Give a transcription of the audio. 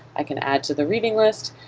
i can add to the reading list,